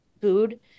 food